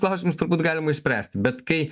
klausimus turbūt galima išspręsti bet kai